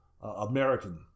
American